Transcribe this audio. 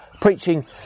preaching